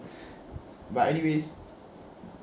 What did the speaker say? but anyways